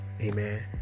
amen